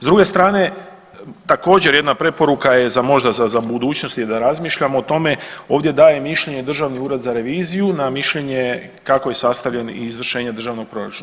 S druge strane također jedna preporuka je za možda za budućnost i da razmišljamo o tome, ovdje daje mišljenje Državni ured za reviziju na mišljenje kako je sastavljen i izvršenje državnog proračuna.